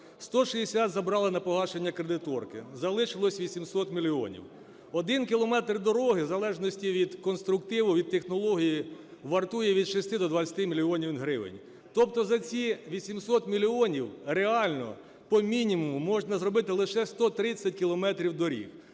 160 забрали на погашення кредиторки, залишилося 800 мільйонів. Один кілометр дороги, в залежності від конструктиву, від технології, вартує від 6 до 20 мільйонів гривень, тобто за ці 800 мільйонів реально по мінімуму можна зробити лише 130 кілометрів